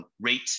rate